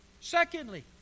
Secondly